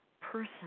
person